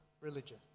religion